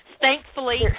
thankfully